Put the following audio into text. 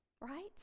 right